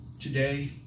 today